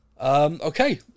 Okay